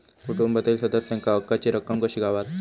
कुटुंबातील सदस्यांका हक्काची रक्कम कशी गावात?